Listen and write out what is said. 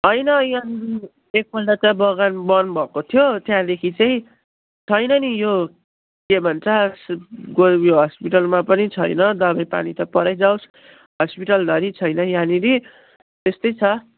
होइन यहाँनिर एकपल्ट त बगान बन्द भएको थियो त्यहाँदेखि चाहिँ छैन नि यो के भन्छ गोल् यो हस्पिटलमा पनि छैन दबाई पानी त परै जाओस् हस्पिटलधरि छैन यहाँनिर त्यस्तै छ